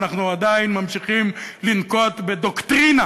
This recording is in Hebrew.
אנחנו עדיין ממשיכים לנקוט את הדוקטרינה